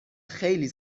خیلی